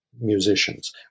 musicians